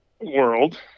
world